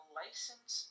license